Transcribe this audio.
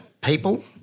people